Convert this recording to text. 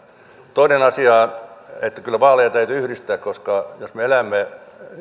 toinen asia on että kyllä vaaleja täytyy yhdistää koska jos me elämme